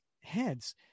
heads